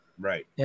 right